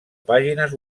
pàgines